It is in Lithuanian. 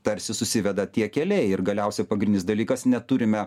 tarsi susiveda tie keliai ir galiausia pagrindinis dalykas neturime